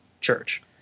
church